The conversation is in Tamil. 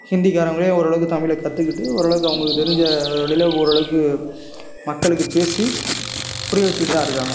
ஹிந்திகாரங்களே ஓரளவுக்கு தமிழை கற்றுக்கிட்டு ஓரளவுக்கு அவங்களுக்கு தெரிஞ்ச மொழியில் ஓரளவுக்கு மக்களுக்கு பேசி புரிய வச்சுகிட்டுதான் இருக்காங்க